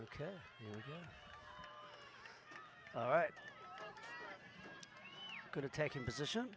ok all right good attacking position